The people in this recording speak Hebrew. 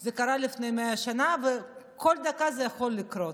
זה קרה לפני 100 שנה, וכל דקה זה יכול לקרות.